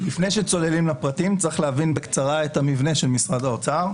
לפני שצוללים לפרטים צריך להבין בקצרה את המבנה של משרד האוצר.